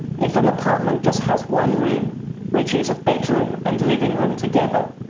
if an apartment just has one room which is a bedroom and living room together,